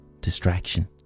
distraction